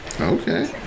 Okay